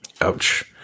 Ouch